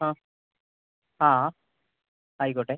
അ ആ ആയിക്കോട്ടെ